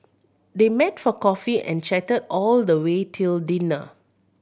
they met for coffee and chatted all the way till dinner